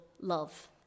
love